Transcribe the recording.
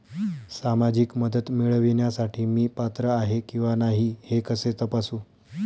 सामाजिक मदत मिळविण्यासाठी मी पात्र आहे किंवा नाही हे कसे तपासू?